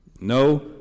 No